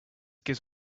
gives